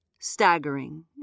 staggering